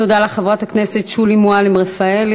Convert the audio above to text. תודה לחברת הכנסת שולי מועלם-רפאלי.